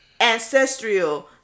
ancestral